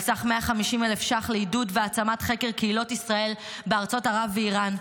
על סך 150,000 שקלים לעידוד והעצמת חקר קהילות ישראל בארצות ערב ואיראן,